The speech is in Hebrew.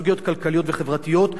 סוגיות כלכליות וחברתיות.